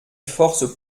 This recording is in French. forces